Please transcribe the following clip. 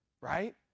right